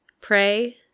pray